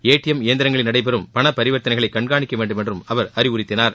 ATM இயந்திரங்களில் நடைபெறும் பணப் பரிவர்த்தனைகளை கண்காணிக்க வேண்டும் என்றும் அவர் அறிவுறுத்தினார்